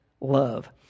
love